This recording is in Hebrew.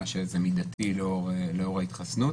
הייתה שזה מידתי לאור ההתחסנות.